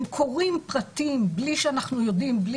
הם קוראים פרטים בלי שאנחנו יודעים ובלי